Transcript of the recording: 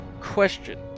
question